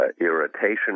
irritation